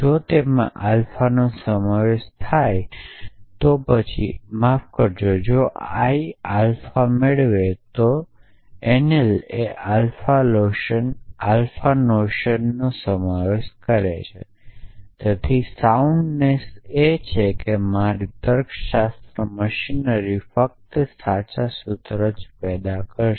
જો તેમાં આલ્ફાનો સમાવેશ થાય છે તો પછી માફ કરશો જો l આલ્ફા મેળવે છે તો NL એ આલ્ફા નોશનનો સમાવેશ કરે છે તેથી સાઉન્ડનેસ્સ એ છે કે મારી તર્કશાસ્ત્ર મશીનરી ફક્ત સાચા સૂત્ર પેદા કરશે